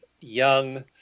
young